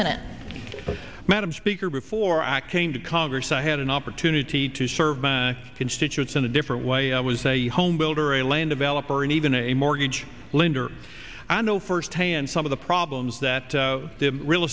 minute madam speaker before acting to congress i had an opportunity to serve my constituents in a different way i was a home builder a land developer and even a mortgage lender i know firsthand some of the problems that the real